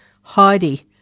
Heidi